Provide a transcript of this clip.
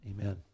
Amen